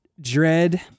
dread